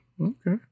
okay